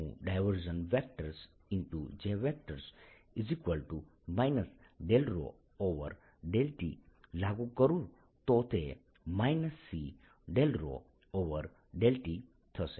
j ∂ρ∂t લાગુ કરું તો તે C ∂ρ∂t થશે